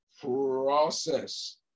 process